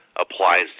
applies